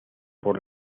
por